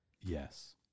Yes